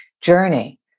journey